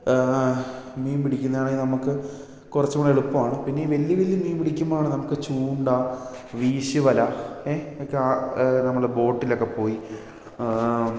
മീൻ പിടിക്കുന്നത് ആണേൽ നമുക്ക് കുറച്ചൂടെ എളുപ്പമാണ് പിന്നെ ഈ വലിയ വലിയ മീൻ പിടിക്കുമ്പോഴാണ് നമുക്ക് ചൂണ്ട വീശുവല എ ഒക്കെ നമ്മൾ ബോട്ടിലൊക്കെ പോയി